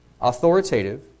Authoritative